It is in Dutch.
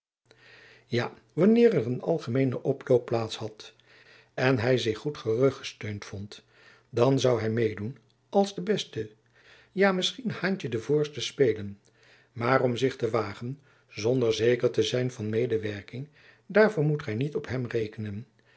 ja wanneer er een algemeene oploop plaats had en hy zich goed gerugsteund vond dan zoû hy meê doen als de beste ja misschien haantjen de voorste spelen maar om zich te wagen zonder zeker te zijn van medewerking daarvoor moet gy niet op hem rekenen